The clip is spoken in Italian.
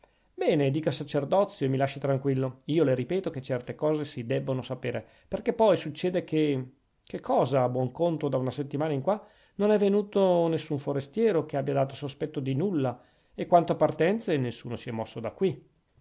bene dica sacerdozio e mi lasci tranquillo io le ripeto che certe cose si debbono sapere perchè poi succede che che cosa a buon conto da una settimana in qua non è venuto un forestiero che abbia dato sospetto di nulla e quanto a partenze nessuno si è mosso di qui